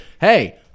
hey